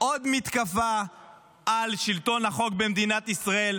עוד מתקפה על שלטון החוק במדינת ישראל,